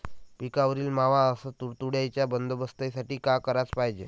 पिकावरील मावा अस तुडतुड्याइच्या बंदोबस्तासाठी का कराच पायजे?